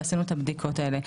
ועשינו את הבדיקות האלה.